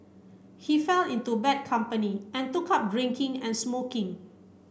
he fell into bad company and took up drinking and smoking